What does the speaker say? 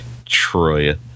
Troya